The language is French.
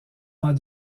pas